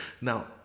Now